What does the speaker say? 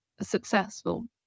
successful